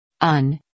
un